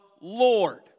Lord